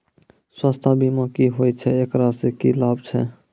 स्वास्थ्य बीमा की होय छै, एकरा से की लाभ छै?